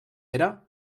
era